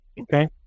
Okay